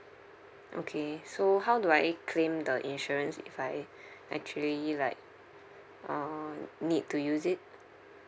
okay so how do I claim the insurance if I actually like uh need to use it